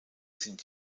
sind